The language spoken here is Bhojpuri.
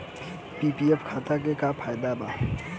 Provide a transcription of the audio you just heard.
पी.पी.एफ खाता के का फायदा बा?